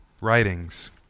writings